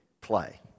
play